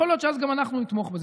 יכול להיות שאז גם אנחנו נתמוך בזה.